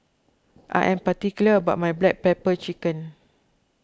I am particular about my Black Pepper Chicken